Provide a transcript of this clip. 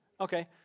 Okay